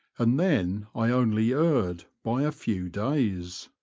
and then i only erred by a few days.